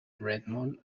redmond